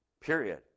Period